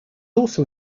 also